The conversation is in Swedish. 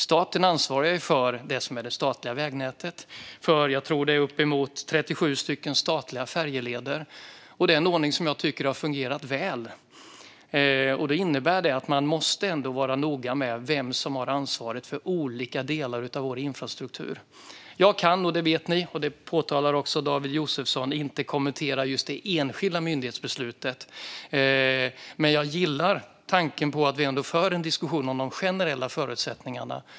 Staten ansvarar ju för det statliga vägnätet och uppemot 37 statliga färjeleder. Det är en ordning som jag tycker har fungerat väl. Man måste vara noga med vem som har ansvaret för olika delar av vår infrastruktur. Jag kan inte, och det påtalar också David Josefsson, kommentera det enskilda myndighetsbeslutet. Men jag gillar tanken på att vi ändå för en diskussion om de generella förutsättningarna.